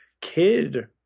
kid